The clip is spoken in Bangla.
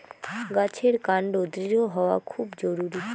গাছের কান্ড দৃঢ় হওয়া খুব জরুরি